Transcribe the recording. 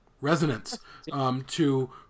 resonance—to